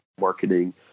marketing